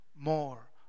More